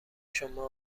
شما